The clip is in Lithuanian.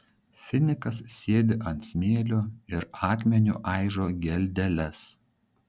finikas sėdi ant smėlio ir akmeniu aižo geldeles